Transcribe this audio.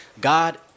God